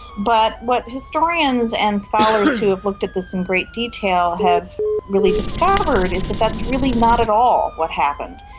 but what historians and scholars who have looked at this in great detail have really discovered is that that's really not at all what happened.